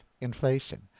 inflation